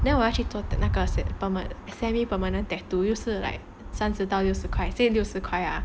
then 我要去做那个 semi permanent tattoo 又是三十到六十快 say 六十块啊